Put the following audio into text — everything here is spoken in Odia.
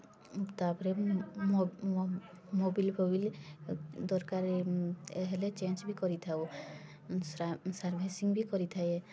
ତା'ପରେ ମୋବିଲ୍ ଫୋବିଲ୍ ଦରକାର ହେଲେ ଚେଞ୍ଜ ବି କରିଥାଉ ସର୍ଭିସିଙ୍ଗ୍ କରିଥାଏ